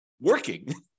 working